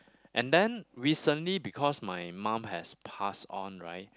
and then recently because my mom has passed on right